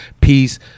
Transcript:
Peace